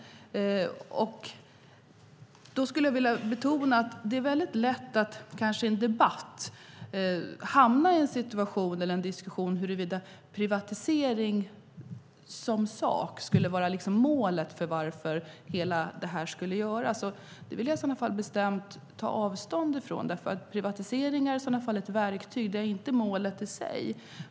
Jag skulle vilja betona att det är lätt att i en debatt hamna i en situation eller en diskussion om huruvida privatisering som sådan skulle vara målet. Det vill jag bestämt ta avstånd ifrån, för privatiseringar är i så fall ett verktyg, inte målet i sig.